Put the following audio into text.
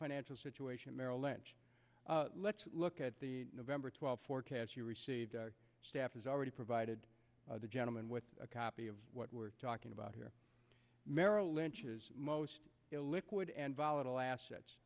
financial situation merrill lynch let's look at the november twelfth forecasts you received staff has already provided the gentleman with a copy of what we're talking about here merrill lynch's most illiquid and volatile assets